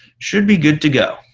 should be good to go.